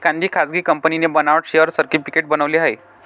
एका खासगी कंपनीने बनावट शेअर सर्टिफिकेट बनवले आहे